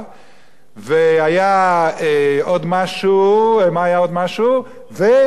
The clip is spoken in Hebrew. והיה עוד משהו, ביטול חוק טל.